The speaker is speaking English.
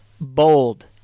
bold